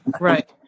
Right